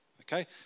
Okay